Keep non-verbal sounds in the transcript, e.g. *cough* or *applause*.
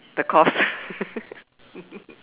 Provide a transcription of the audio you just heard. the cost *laughs*